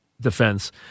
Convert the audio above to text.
defense